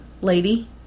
lady